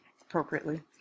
appropriately